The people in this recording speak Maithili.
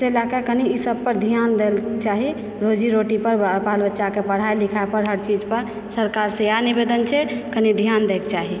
तैँ लयके कनि इसभ पर ध्यान दयलऽ चाही रोजी रोटी पर बालबच्चाके पढ़ाइ लिखाइ पर हर चीज पर सरकारसँ इएह निवेदन छै कनि ध्यान दयके चाही